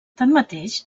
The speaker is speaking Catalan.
tanmateix